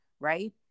right